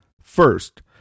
First